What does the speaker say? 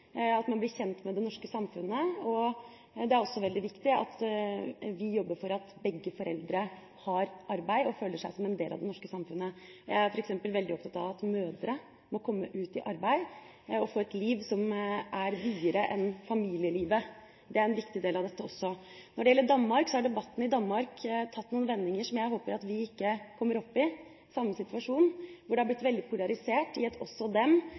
man blir kjent med det norske samfunnet. Det er også veldig viktig at vi jobber for at begge foreldre får arbeid og føler seg som en del av det norske samfunnet. Jeg er f.eks. veldig opptatt av at mødre må komme ut i arbeid og få et liv som er videre enn familielivet. Det er en viktig del av dette også. Når det gjelder Danmark, har debatten der tatt noen vendinger som jeg håper at vi ikke vil oppleve. En har fått en situasjon hvor det har blitt veldig polarisert i